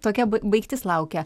tokia bai baigtis laukia